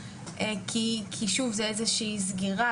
כי שוב זה איזושהי סגירה,